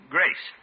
Grace